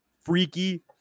freaky